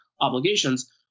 obligations